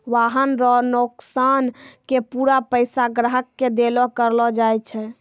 वाहन रो नोकसान के पूरा पैसा ग्राहक के देलो करलो जाय छै